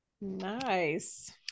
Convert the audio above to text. nice